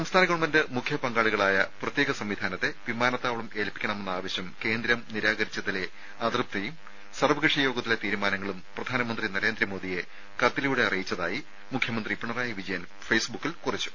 സംസ്ഥാന ഗവൺമെന്റ് മുഖ്യ പങ്കാളികളായ പ്രത്യേക സംവിധാനത്തെ വിമാനത്താവളം ഏൽപ്പിക്കണമെന്ന ആവശ്യം കേന്ദ്രം നിരാകരിച്ചതിലെ അതൃപ്തിയും സർവ്വകക്ഷി യോഗത്തിലെ തീരുമാനങ്ങളും പ്രധാനമന്ത്രി നരേന്ദ്രമോദിയെ കത്തിലൂടെ അറിയിച്ചതായി മുഖ്യമന്ത്രി പിണറായി വിജയൻ ഫേസ്ബുക്കിൽ കുറിച്ചു